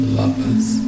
lovers